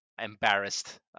embarrassed